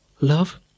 Love